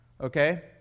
okay